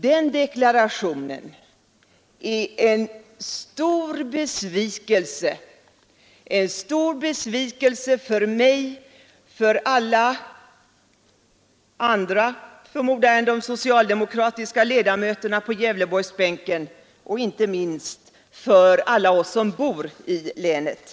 Den deklarationen är en stor besvikelse för mig, för alla andra — förmodar jag — än de socialdemokratiska ledamöterna på Gävleborgsbänken och inte minst för alla oss som bor i länet.